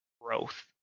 growth